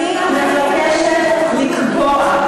אני מבקשת לקבוע,